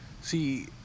See